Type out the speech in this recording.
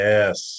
Yes